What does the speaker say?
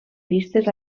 vistes